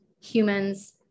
humans